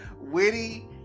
Witty